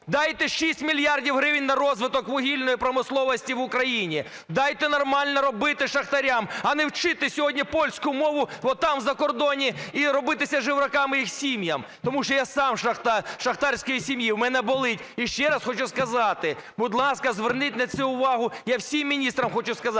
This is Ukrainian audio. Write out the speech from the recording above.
Дайте 6 мільярдів гривень на розвиток вугільної промисловості в Україні. Дайте нормально робити шахтарям, а не вчити сьогодні польську мову отам, за кордоном, і робитися жебраками їм сім'ям. Тому що я сам з шахтарської сім'ї, у мене болить. І ще раз хочу сказати: будь ласка, зверніть на це увагу, я всім міністрам хочу сказати.